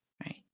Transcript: right